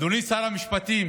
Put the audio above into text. אדוני שר המשפטים